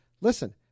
listen